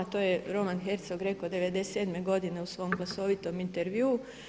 To je Roman Herzog rekao '97. godine u svom glasovitom intervjuu.